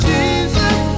Jesus